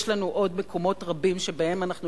יש לנו עוד מקומות רבים שבהם אנחנו